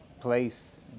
place